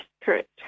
correct